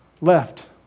left